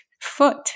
foot